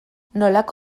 nolako